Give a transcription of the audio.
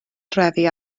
drefi